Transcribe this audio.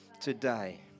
Today